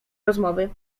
rozmowy